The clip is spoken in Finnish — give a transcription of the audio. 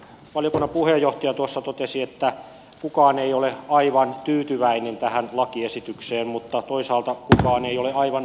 valiokunnan puheenjohtaja tuossa totesi että kukaan ei ole aivan tyytyväinen tähän lakiesitykseen mutta toisaalta kukaan ei ole aivan tyytymätönkään